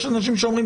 יש אנשים שאומרים